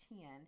ten